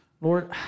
Lord